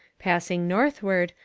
passing northward,